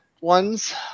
ones